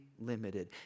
limited